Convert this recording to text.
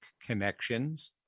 connections